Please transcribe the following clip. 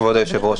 כבוד היושב-ראש,